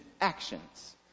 actions